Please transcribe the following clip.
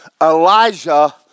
Elijah